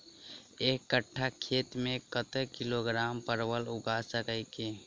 एक कट्ठा खेत मे कत्ते किलोग्राम परवल उगा सकय की??